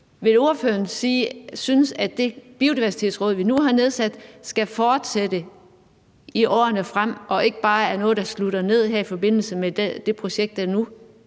ordføreren så, at det Biodiversitetsråd, vi nu har nedsat, skal fortsætte i årene frem og ikke bare være noget, der lukker ned her i forbindelse med de projekter, der er